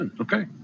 okay